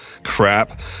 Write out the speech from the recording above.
crap